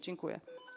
Dziękuję.